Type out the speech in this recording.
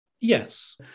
Yes